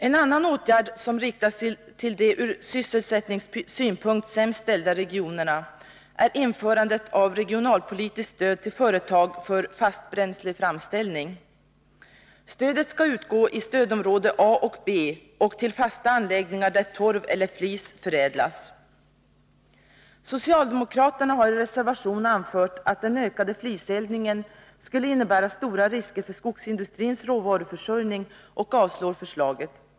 En annan åtgärd som riktar sig till de ur sysselsättningssynpunkt sämst ställda regionerna är införandet av regionalpolitiskt stöd till företag för fastbränsleframställning. Stödet skall utgå i stödområde A och B till fasta anläggningar där torv eller flis förädlas. Socialdemokraterna har i reservation anfört att den ökade fliseldningen skulle innebära stora risker för skogsindustrins råvaruförsörjning, och de avstyrker förslaget.